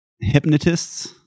hypnotists